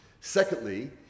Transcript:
Secondly